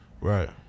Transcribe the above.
Right